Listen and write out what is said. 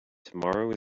tomorrow